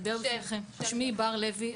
שמי בר לוי,